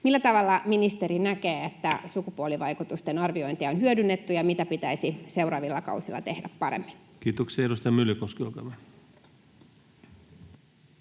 Millä tavalla ministeri näkee, että sukupuolivaikutusten arviointia on hyödynnetty, ja mitä pitäisi seuraavilla kausilla tehdä paremmin? Kiitoksia. — Edustaja Myllykoski, olkaa